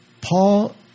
Paul